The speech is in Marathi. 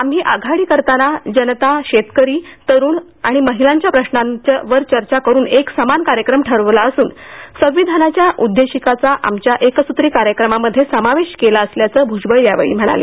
आम्ही आघाडी करताना जनतेच्या शेतकऱ्यांच्या तरुणांच्या महिलांच्या प्रश्नांवर चर्चा करुन एक समान कार्यक्रम ठरविला असून संविधानाच्या उद्देशिकेचा आमच्या एकस्त्री कार्यक्रमामध्ये समावेश केला असल्याचं भ्जबळ यावेळी म्हणाले